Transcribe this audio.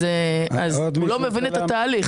הוא לא מבין את התהליך.